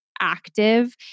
active